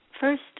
first